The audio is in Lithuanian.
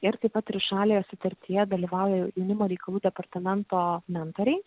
ir taip pat trišalėje sutartyje dalyvauja jaunimo reikalų departamento mentoriai